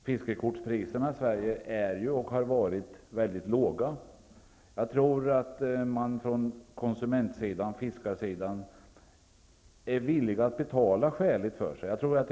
Fiskekortspriserna i Sverige är ju, och har varit, mycket låga. Konsumenterna och fiskarna är nog villiga att betala skäligt för sig.